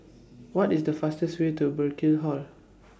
What IS The fastest Way to Burkill Hall